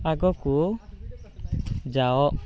ଆଗକୁ ଯାଅ